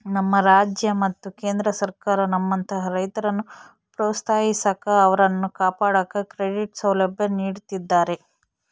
ನಮ್ಮ ರಾಜ್ಯ ಮತ್ತು ಕೇಂದ್ರ ಸರ್ಕಾರ ನಮ್ಮಂತಹ ರೈತರನ್ನು ಪ್ರೋತ್ಸಾಹಿಸಾಕ ಅವರನ್ನು ಕಾಪಾಡಾಕ ಕ್ರೆಡಿಟ್ ಸೌಲಭ್ಯ ನೀಡುತ್ತಿದ್ದಾರೆ